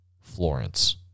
Florence